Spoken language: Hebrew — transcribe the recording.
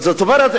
זאת אומרת,